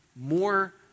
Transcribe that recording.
more